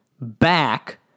back